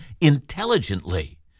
intelligently